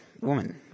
Woman